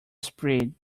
spread